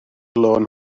lôn